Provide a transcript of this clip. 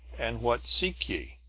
and what seek ye?